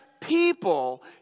people